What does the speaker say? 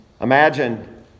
Imagine